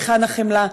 היכן החמלה?